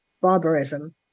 Barbarism